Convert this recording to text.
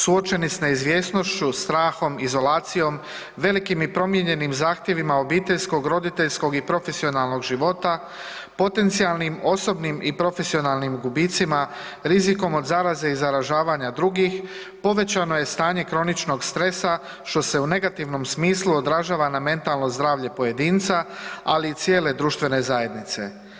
Suočeni s neizvjesnošću, strahom, izolacijom, velikim i promijenjenim zahtjevima obiteljskog, roditeljskog i profesionalnog života, potencijalnim osobnim i profesionalnim gubicima, rizikom od zaraze i zaražavanja drugih povećano je stanje kroničnog stresa što se u negativnom smislu odražava na mentalno zdravlje pojedinca, ali i cijele društvene zajednice.